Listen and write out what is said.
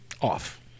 off